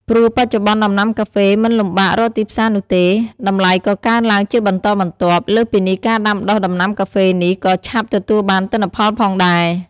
ព្រោះបច្ចុប្បន្នដំណាំកាហ្វេមិនលំបាករកទីផ្សារនោះទេ តម្លៃក៏កើនឡើងជាបន្តបន្ទាប់ លើសពីនេះការដាំដុះដំណាំកាហ្វេនេះ ក៏ឆាប់ទទួលបានទិន្នផលផងដែរ។